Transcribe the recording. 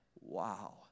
Wow